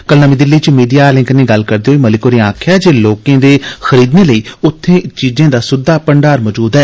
कल नर्मी दिल्ली च मीडिया आलें कन्नै गल्ल करदे होई मलिक होरें आक्खेया जे लोकें दे खरीदने लेई उत्थे चीजें दा सुद्दा भंडार मजूद ऐ